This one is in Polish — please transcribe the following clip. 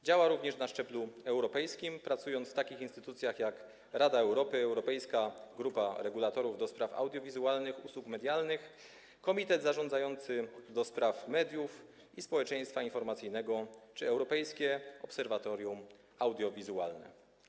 Działa również na szczeblu europejskim, pracując w takich instytucjach, jak: Rada Europy, Europejska Grupa Regulatorów ds. audiowizualnych usług medialnych, Komitet Zarządzający ds. mediów i społeczeństwa informacyjnego czy Europejskie Obserwatorium Audiowizualne.